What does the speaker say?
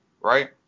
Right